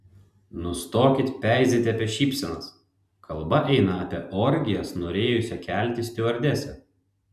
nustokit peizėti apie šypsenas kalba eina apie orgijas norėjusią kelti stiuardesę